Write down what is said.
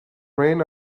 reign